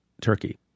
Turkey